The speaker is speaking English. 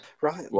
right